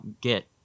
get